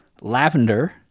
lavender